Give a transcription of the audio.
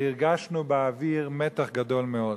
והרגשנו באוויר מתח גדול מאוד.